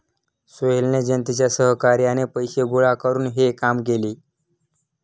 सोहेलने जनतेच्या सहकार्याने पैसे गोळा करून हे काम केले